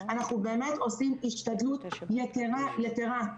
אנחנו באמת עושים השתדלות יתירה, יתירה.